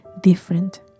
different